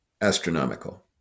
astronomical